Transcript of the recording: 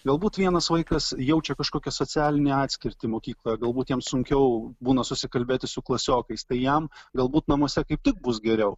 galbūt vienas vaikas jaučia kažkokią socialinę atskirtį mokykloje galbūt jam sunkiau būna susikalbėti su klasiokais tai jam galbūt namuose kaip tik bus geriau